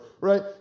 right